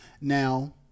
Now